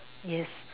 yes